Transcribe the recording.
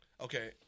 Okay